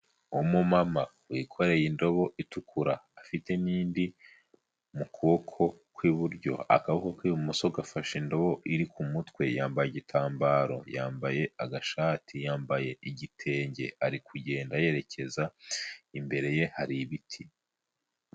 Umumama wikoreye indobo itukura afite n'indi mu kuboko kw'iburyo, akaboko k'imoso gafashe indobo iri ku mutwe yambaye igitambaro, yambaye agashati, yambaye igitenge ari kugenda yerekeza imbere ye hari ibiti.